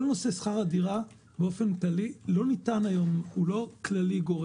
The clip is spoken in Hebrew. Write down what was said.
כל נושא שכר הדירה באופן כללי הוא לא גורף.